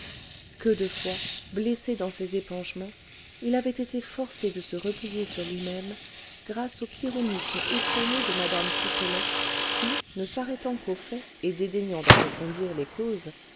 que de fois blessé dans ses épanchements il avait été forcé de se replier sur lui-même grâce au pyrrhonisme effréné de mme pipelet qui ne s'arrêtant qu'aux faits et dédaignant d'approfondir les causes